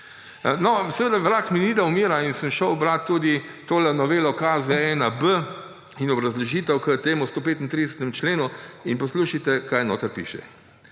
Seveda vrag ni videl mira in sem šel brat tudi tole novelo KZ-1B in obrazložitev k temu 135. členu. In poslušajte, kaj noter piše.